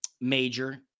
major